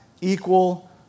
equal